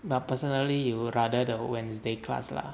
but personally you would rather the wednesday class lah